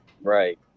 Right